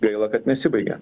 gaila kad nesibaigė